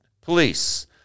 Police